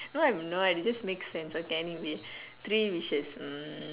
no I'm not it just make sense okay anyway three wishes hmm